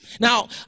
Now